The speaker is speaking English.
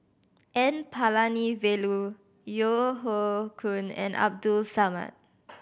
N Palanivelu Yeo Hoe Koon and Abdul Samad